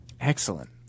Excellent